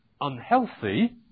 unhealthy